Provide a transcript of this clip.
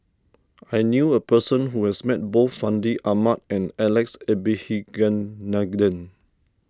I knew a person who has met both Fandi Ahmad and Alex Abisheganaden